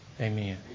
Amen